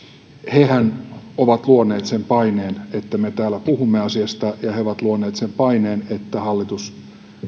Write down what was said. hehän ovat luoneet sen paineen että me täällä puhumme asiasta ja he ovat luoneet sen paineen että hallitus